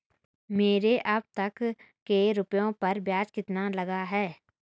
मेरे अब तक के रुपयों पर ब्याज कितना लगा है?